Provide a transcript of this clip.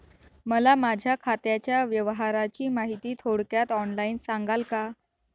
मला माझ्या खात्याच्या व्यवहाराची माहिती थोडक्यात ऑनलाईन सांगाल का?